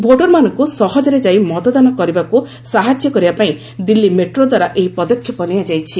ଭୋଟରମାନଙ୍କୁ ସହଜରେ ଯାଇ ମତଦାନ କରିବାକୁ ସାହାଯ୍ୟ କରିବା ପାଇଁ ଦିଲ୍ଲୀ ମେଟ୍ରୋ ଦ୍ୱାରା ଏହି ପଦକ୍ଷେପ ନିଆଯାଇଛି